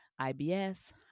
IBS